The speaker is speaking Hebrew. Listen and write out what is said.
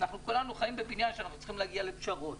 אנחנו כולנו חיים בבניין שאנחנו צריכים להגיע לפשרות.